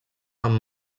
amb